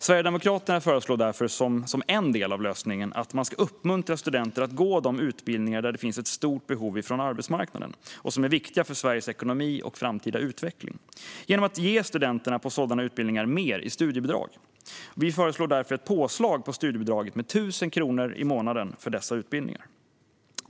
Sverigedemokraterna föreslår därför, som en del av lösningen, att man ska uppmuntra studenter att gå de utbildningar där det finns ett stort behov på arbetsmarknaden och som är viktiga för Sveriges ekonomi och framtida utveckling genom att ge studenterna på sådana utbildningar mer i studiebidrag. Vi föreslår därför ett påslag på studiebidraget med 1 000 kronor i månaden för dessa utbildningar.